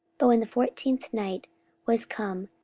but when the fourteenth night was come,